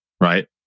right